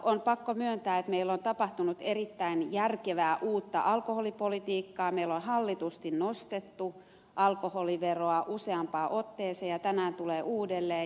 on pakko myöntää että meillä on tapahtunut erittäin järkevää uutta alkoholipolitiikkaa meillä on hallitusti nostettu alkoholiveroa useampaan otteeseen ja vielä tänäänkin uudelleen